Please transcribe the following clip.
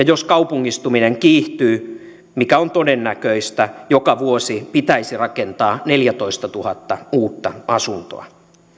jos kaupungistuminen kiihtyy mikä on todennäköistä joka vuosi pitäisi rakentaa neljätoistatuhatta uutta asuntoa